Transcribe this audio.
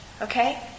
Okay